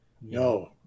No